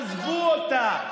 עזבו אותה.